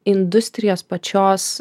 industrijos pačios